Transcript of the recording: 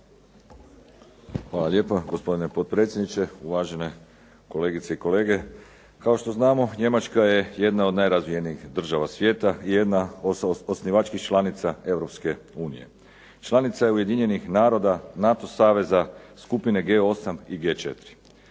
Hvala lijepa gospodine potpredsjedniče, uvažene kolegice i kolege. Kao što znamo Njemačka je jedna od najrazvijenijih zemalja svijeta, i jedna od osnivačkih članica Europske unije. Članica je Ujedinjenih naroda, NATO Saveza, skupine G8 i G4.